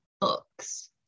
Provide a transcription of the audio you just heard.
books